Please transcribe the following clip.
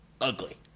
ugly